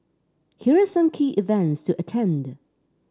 here are some key events to attend